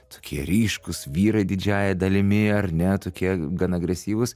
tokie ryškūs vyrai didžiąja dalimi ar ne tokie gan agresyvūs